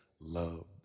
love